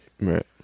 right